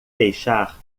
deixar